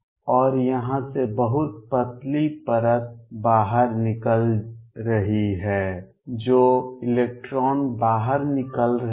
और यहाँ से बहुत पतली परत बाहर निकल रही है जो इलेक्ट्रॉन बाहर निकल रहे हैं